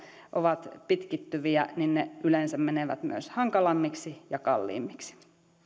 ovat pitkittyviä niin ne yleensä menevät myös hankalammiksi ja kalliimmiksi